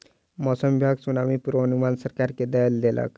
मौसम विभाग सुनामी के पूर्वानुमान सरकार के दय देलक